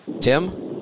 Tim